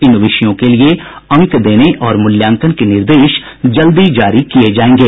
इन विषयों के लिए अंक देने और मूल्याकंन के निर्देश जल्दी जारी किये जायेंगे